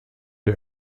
der